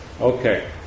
Okay